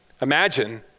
Imagine